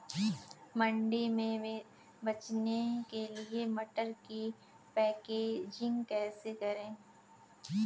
मंडी में बेचने के लिए मटर की पैकेजिंग कैसे करें?